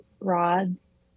rods